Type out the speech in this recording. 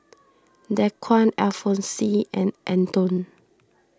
Dequan Alfonse and Antone